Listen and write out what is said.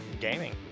gaming